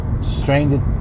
strained